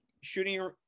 shooting